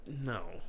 No